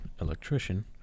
electrician